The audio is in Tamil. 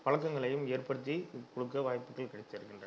பழக்கங்களையும் ஏற்படுத்தி கொடுக்க வாய்ப்புகள் கிடைத்திருக்கின்றன